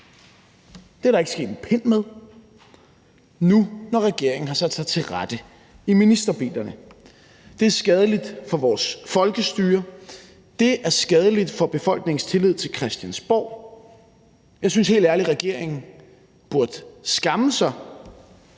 – er der ikke sket en pind med nu, hvor regeringen har sat sig til rette i ministerbilerne. Det er skadeligt for vores folkestyre. Det er skadeligt for befolkningens tillid til Christiansborg. Jeg synes helt ærligt, at regeringen burde skamme sig,